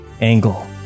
Angle